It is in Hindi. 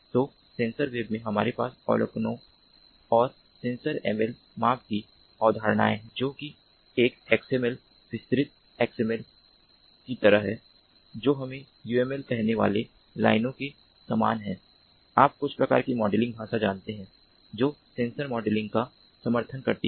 तो सेंसर वेब में हमारे पास अवलोकनों और SensorML माप की अवधारणाएँ हैं जो कि एक XML विस्तारित XML की तरह है जो हमेंUML कहने वाली लाइनों के समान है आप कुछ प्रकार की मॉडलिंग भाषा जानते हैं जो सेंसर मॉडलिंग का समर्थन करती है